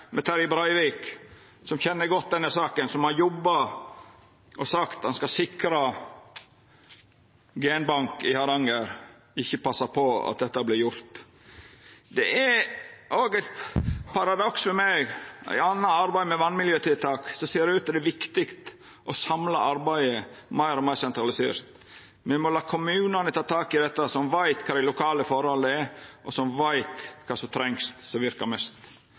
med Terje Breivik, som kjenner denne saka godt, og som har jobba og sagt han skal sikra ein genbank i Hardanger, ikkje passar på at dette vert gjort. Det er òg eit paradoks for meg at det i anna arbeid med vassmiljøtiltak ser ut til å vera viktig å samla arbeidet meir og meir sentralisert. Me må la kommunane ta tak i dette, som veit korleis dei lokale forholda er, og som veit kva som trengst og verkar mest.